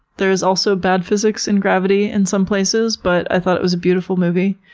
there's also bad physics in gravity in some places, but i thought it was a beautiful movie,